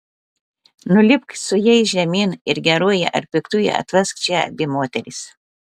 nulipk su jais žemyn ir geruoju ar piktuoju atvesk čia abi moteris